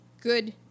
Good